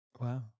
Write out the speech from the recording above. Wow